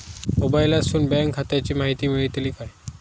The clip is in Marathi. मोबाईलातसून बँक खात्याची माहिती मेळतली काय?